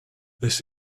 this